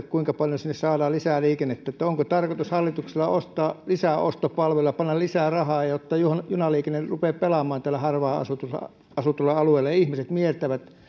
kuinka paljon sinne saadaan lisää liikennettä onko hallituksella tarkoitus ostaa lisää ostopalveluja panna lisää rahaa jotta junaliikenne rupeaa pelaamaan harvaan asutuilla alueilla ja ihmiset mieltävät